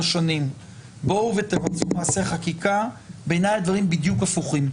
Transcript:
שנים בואו ותבצעו מעשה חקיקה - בעיניי הדברים בדיוק הפוכים.